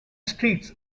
streets